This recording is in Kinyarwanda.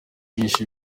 yigisha